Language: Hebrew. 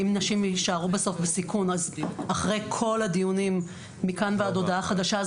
אם נשים יישארו בסוף בסיכון אחרי כל הדיונים מכאן ועד הודעה חדשה,